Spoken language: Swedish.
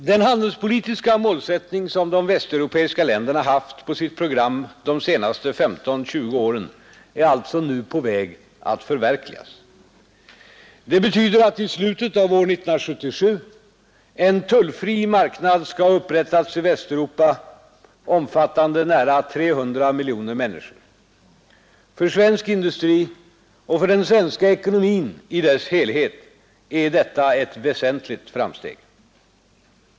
Den handelspolitiska målsättning som de västeuropeiska länderna haft på sitt program de senaste 15—20 åren är alltså nu på väg att förverkligas. Det betyder att i slutet av år 1977 en tullfri marknad skall ha upprättats i Västeuropa omfattande nära 300 miljoner människor. För svensk industri och för den svenska ekonomin i dess helhet är detta ett väsentligt framsteg.